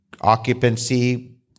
occupancy